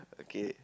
okay